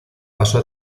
pasó